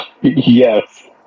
Yes